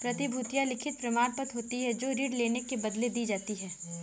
प्रतिभूतियां लिखित प्रमाणपत्र होती हैं जो ऋण लेने के बदले दी जाती है